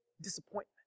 disappointment